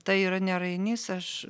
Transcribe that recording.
tai yra ne rainys aš